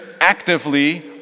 actively